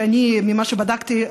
שממה שבדקתי,